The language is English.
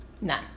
None